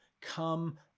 come